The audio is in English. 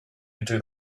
into